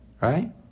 right